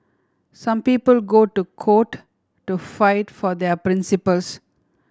some people go to court to fight for their principles